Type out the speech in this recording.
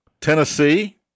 Tennessee